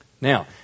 Now